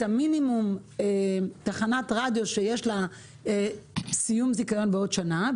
המינימום תחנת רדיו שיש לה סיום זיכיון בעוד שנה.